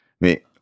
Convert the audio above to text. Mais